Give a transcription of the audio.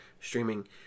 streaming